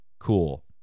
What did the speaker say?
cool